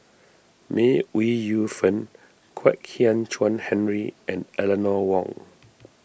May Ooi Yu Fen Kwek Hian Chuan Henry and Eleanor Wong